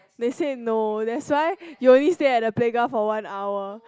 they say no that's why you only stay at the playground for one hour